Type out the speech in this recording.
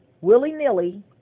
willy-nilly